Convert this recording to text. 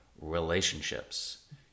relationships